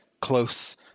close